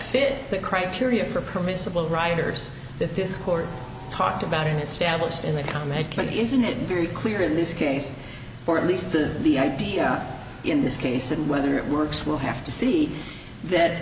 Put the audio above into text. fit the criteria for permissible riders that this court talked about in established in the comic but isn't it very clear in this case or at least the the idea in this case and whether it works we'll have to see that